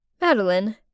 Madeline